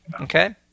okay